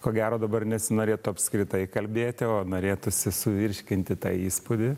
ko gero dabar nesinorėtų apskritai kalbėti o norėtųsi suvirškinti tą įspūdį